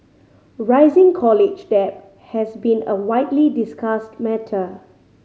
rising college debt has been a widely discussed matter